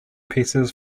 pieces